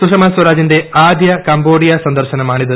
സുഷമസ്വരാജിന്റെ ആദ്യ കംബോഡിയ സന്ദർശനമാണിത്